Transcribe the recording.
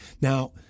Now